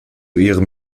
ihrem